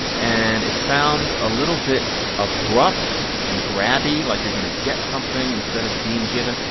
and it sounds a little bit abrupt and grabby like you're going to get something instead of being given.